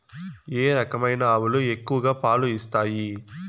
ఏ రకమైన ఆవులు ఎక్కువగా పాలు ఇస్తాయి?